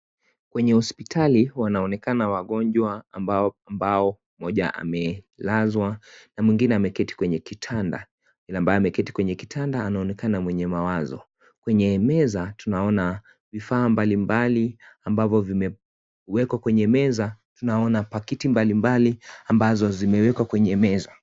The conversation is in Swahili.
Kwenye hospitali wanaonekana wagonjwa ambao mmoja amelazwa, na mwigine ameketi kwenye kitanda hila ambaye ameketi kwenye kitanda, anaonekana mwenye mawazo. Kwenye meza, tunaona vifaaa mbalimbali ambavo vimewekwa kwenye meza. Tunaona pakiti mbalimbali ambazo vimewekwa kwenye meza.